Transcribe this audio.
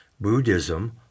Buddhism